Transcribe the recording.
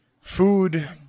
food